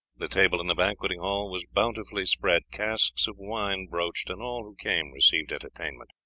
the table in the banqueting-hall was bountifully spread, casks of wine broached, and all who came received entertainment.